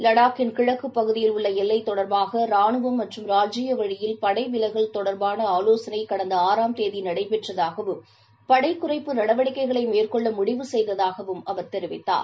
லடாக்கின் கிழக்குப் பகுதியில் உள்ள எல்லை தொடர்பாக ரானுவம் மற்றும் ராஜ்ஜீய வழியில் படைவிலகல் தொடர்பான ஆலோசனை கடந்த ஆறாம் தேதி நடைபெற்றதாகவும் படை குறைப்பு நடவடிக்கைகளை மேற்கொள்ள முடிவு செய்ததாகவும் அவர் தெரிவித்தார்